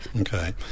Okay